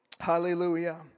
Hallelujah